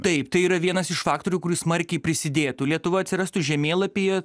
taip tai yra vienas iš faktorių kuris smarkiai prisidėtų lietuva atsirastų žemėlapyje